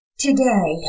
Today